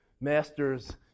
masters